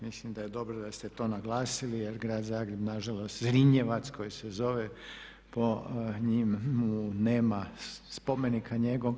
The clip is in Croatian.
Mislim da je dobro da ste to naglasili jer grad Zagreb nažalost Zrinjevac koji se zove po njemu nema spomenika njegova.